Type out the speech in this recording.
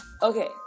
Okay